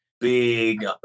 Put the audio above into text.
big